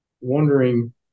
wondering